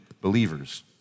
believers